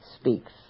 speaks